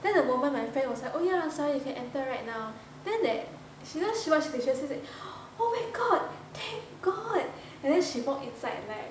then at the moment my friend was like oh yeah sorry you can enter right now then oh my god thank god and then she walked inside right